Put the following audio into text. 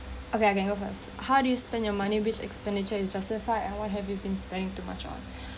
okay okay I'll go first how do you spend your money which expenditure is justified and what have you been spending too much on